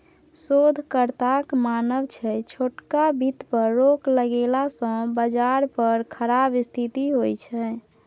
शोधकर्ताक मानब छै छोटका बित्त पर रोक लगेला सँ बजार पर खराब स्थिति होइ छै